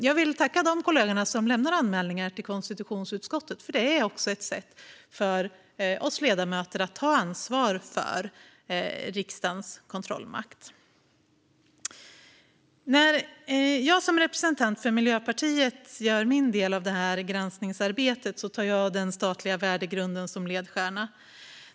Jag vill tacka de kollegor som gör anmälningar till konstitutionsutskottet, för det är ett sätt för oss ledamöter att ta ansvar för riksdagens kontrollmakt. Gransknings betänkandeInledning När jag som representant för Miljöpartiet gör min del av detta granskningsarbete har jag den statliga värdegrunden som ledstjärna.